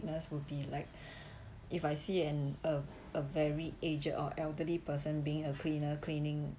witnessed would be like if I see an a a very aged or elderly person being a cleaner cleaning